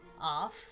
off